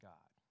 God